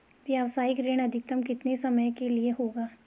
व्यावसायिक ऋण अधिकतम कितने समय के लिए होगा?